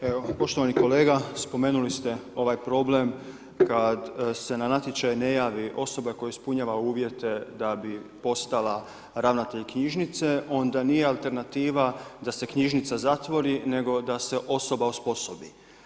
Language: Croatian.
Pa evo poštovani kolega, spomenuli ste ovaj problem kad se na natječaj ne javi osoba koja ispunjava uvjete da bi postala ravnatelj knjižnice, onda nije alternativa da se knjižnica zatvori nego da se osoba osposobi.